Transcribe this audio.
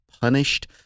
punished